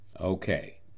Okay